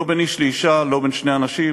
לא בין איש לאישה, לא בין שני אנשים.